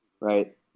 right